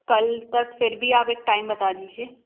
कल तक फिर भी आप एक टाइम बता दीजिए